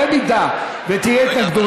במידה שתהיה התנגדות,